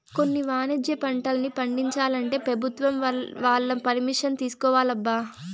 కొన్ని వాణిజ్య పంటల్ని పండించాలంటే పెభుత్వం వాళ్ళ పరిమిషన్ తీసుకోవాలబ్బా